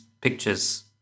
pictures